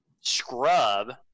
scrub